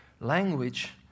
language